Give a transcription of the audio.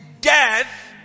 Death